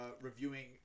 reviewing